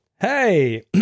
Hey